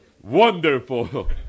Wonderful